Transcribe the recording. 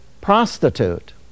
prostitute